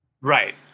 Right